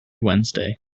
wednesday